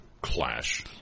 clash